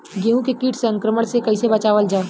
गेहूँ के कीट संक्रमण से कइसे बचावल जा?